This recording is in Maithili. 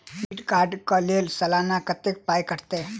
डेबिट कार्ड कऽ लेल सलाना कत्तेक पाई कटतै?